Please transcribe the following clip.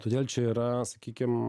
todėl čia yra sakykim